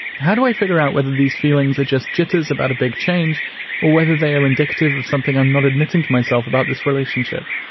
how do i figure out whether these feelings are just jitters about a big change or whether they are indicative of something i'm not admitting to myself about this relationship?